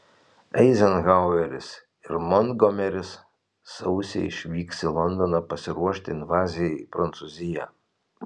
eizenhaueris ir montgomeris sausį išvyks į londoną pasiruošti invazijai į prancūziją